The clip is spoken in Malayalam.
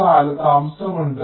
കാലതാമസം ഉണ്ട്